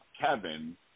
Kevin